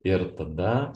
ir tada